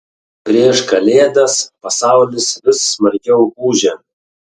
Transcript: prieš kalėdas pasaulis vis smarkiau ūžia